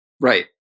Right